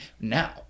now